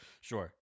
sure